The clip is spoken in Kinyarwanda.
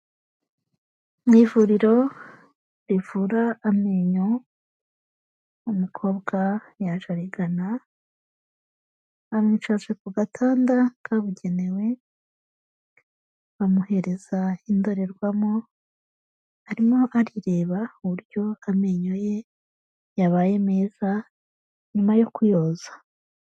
Mu ivuriro rivura amenyo, umukobwa yaje arigana, bamwicaje ku gatanda kabugenewe, bamuhereza indorerwamo, arimo arireba uburyo amenyo ye yabaye meza nyuma yo kuyoza.